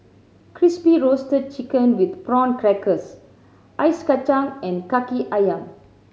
Crispy Roasted Chicken with Prawn Crackers Ice Kachang and Kaki Ayam